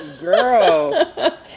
girl